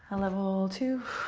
level two,